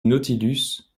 nautilus